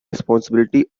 responsibility